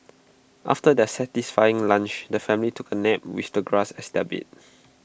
after their satisfying lunch the family took A nap with the grass as their bed